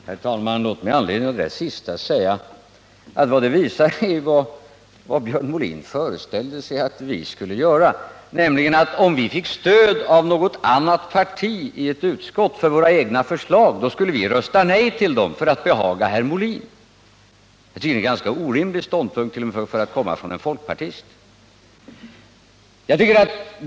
Herr talman! Låt mig med anledning av det sista säga, att det visar vad Björn Molin föreställer sig att vi skulle göra, nämligen att om vi fick stöd av något annat parti i ett utskott för våra egna förslag skulle vi rösta nej till dem för att behaga herr Molin. Det är en ganska orimlig ståndpunkt t.o.m. för att komma från en folkpartist.